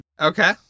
Okay